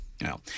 Now